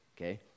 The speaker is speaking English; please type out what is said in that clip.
okay